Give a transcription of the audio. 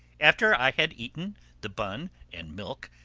after i had eaten the bun and milk,